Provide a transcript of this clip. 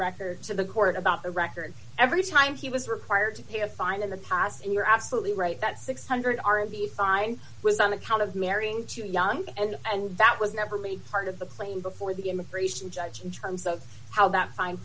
records of the court about the record every time he was required to pay a fine in the past and you're absolutely right that six hundred are in the fine was on account of marrying too young and and that was never made part of the plane before the immigration judge in terms of how that fin